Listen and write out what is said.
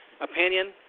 opinion